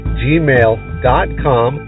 gmail.com